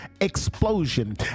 explosion